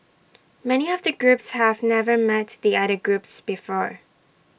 many of the groups have never met the other groups before